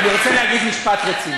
אני רוצה להגיד משפט רציני.